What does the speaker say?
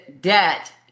debt